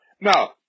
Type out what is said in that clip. Now